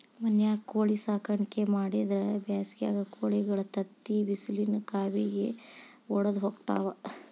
ಮನ್ಯಾಗ ಕೋಳಿ ಸಾಕಾಣಿಕೆ ಮಾಡಿದ್ರ್ ಬ್ಯಾಸಿಗ್ಯಾಗ ಕೋಳಿಗಳ ತತ್ತಿ ಬಿಸಿಲಿನ ಕಾವಿಗೆ ವಡದ ಹೋಗ್ತಾವ